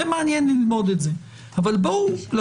יהיה מעניין ללמוד את זה, אבל להתחלה,